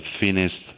finished